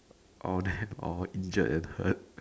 all of them all injured and hurt